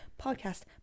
podcast